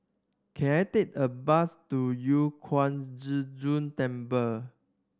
can I take a bus to Yu Huang Zhi Zun Temple